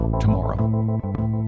tomorrow